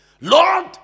Lord